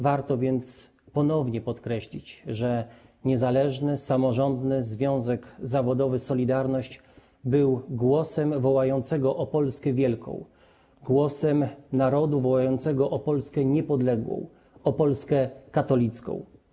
Warto więc ponownie podkreślić, że Niezależny Samorządny Związek Zawodowy „Solidarność” był głosem wołającego o Polskę wielką, głosem narodu wołającego o Polskę niepodległą, o Polskę katolicką.